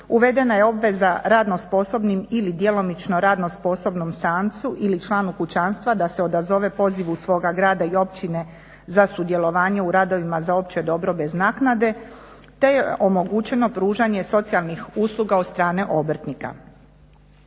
uvedena je obveza radno-sposobnim ili djelomično radno-sposobnom samcu ili članu kućanstva da se odazove pozivu svoga grada i općine za sudjelovanje u radovima za opće dobro bez naknade. Te je omogućeno pružanje socijalnih usluga od strane obrtnika.